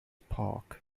park